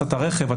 הצתה של רכב,